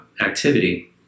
activity